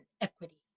equity